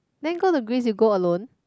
then go to Greece you go alone